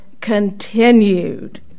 continued